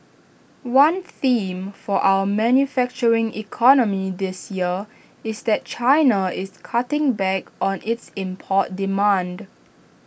one theme for our manufacturing economy this year is that China is cutting back on its import demand